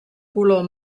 color